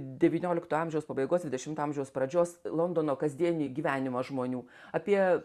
devyniolikto amžiaus pabaigos dvidešimto amžiaus pradžios londono kasdienį gyvenimą žmonių apie